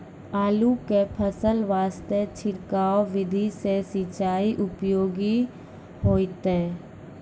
आलू के फसल वास्ते छिड़काव विधि से सिंचाई उपयोगी होइतै?